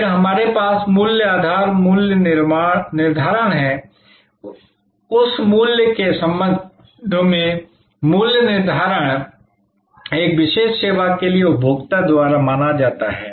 फिर हमारे पास मूल्य आधार मूल्य निर्धारण है उस मूल्य के संबंध में मूल्य निर्धारण उस विशेष सेवा के लिए उपभोक्ता द्वारा माना जाता है